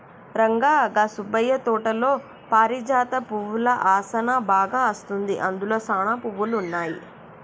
రంగా గా సుబ్బయ్య తోటలో పారిజాత పువ్వుల ఆసనా బాగా అస్తుంది, అందులో సానా పువ్వులు ఉన్నాయి